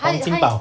黄金宝